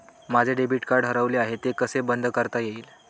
माझे debit card हरवले आहे ते कसे बंद करता येईल?